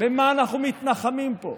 במה אנחנו מתנחמים פה?